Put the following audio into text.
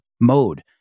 mode